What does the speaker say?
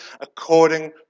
according